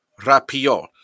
rapio